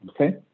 Okay